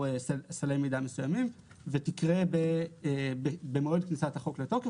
סלי מידע מסוימים ותקרה במועד כניסת החוק לתוקף.